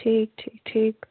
ٹھیٖک ٹھیٖک ٹھیٖک